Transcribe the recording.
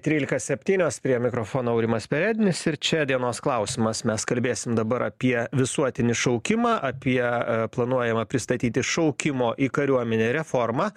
trylika septynios prie mikrofono aurimas perednis ir čia dienos klausimas mes kalbėsim dabar apie visuotinį šaukimą apie planuojamą pristatyti šaukimo į kariuomenę reformą